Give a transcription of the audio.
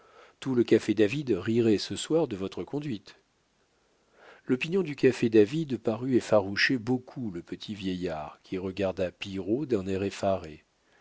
tout le café david rirait ce soir de votre conduite l'opinion du café david parut effaroucher beaucoup le petit vieillard qui regarda pillerault d'un air effaré